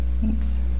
thanks